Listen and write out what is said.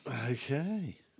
Okay